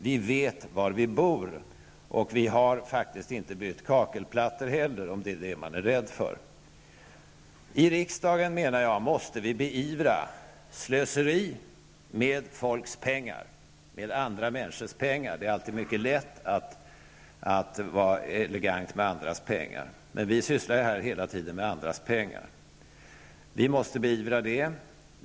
Vi vet var vi bor och vi har faktiskt inte bytt kakelplattor heller, om det är det man är rädd för. I riksdagen, menar jag, måste vi beivra slöseri med andra människors pengar. Det är alltid mycket lätt att vara elegant med andras pengar. Men vi sysslar här hela tiden med andras pengar. Vi måste beivra detta.